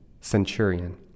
centurion